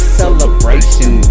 celebration